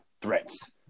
threats